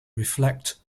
reflect